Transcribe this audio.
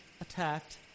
attacked